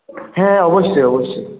হ্যাঁ অবশ্যই অবশ্যই